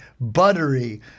buttery